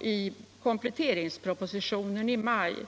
I kompletteringspropositionen i maj samma